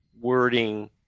wording